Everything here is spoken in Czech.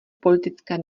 politické